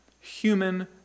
human